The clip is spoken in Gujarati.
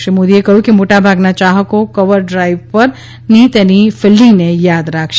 શ્રી મોદીએ કહ્યું કે મોટાભાગના ચાહકો કવર ડ્રાઇવ પરની તેની ફિલ્ડિંગને યાદ રાખશે